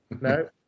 No